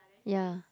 ya